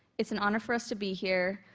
it's an honor for us to be here.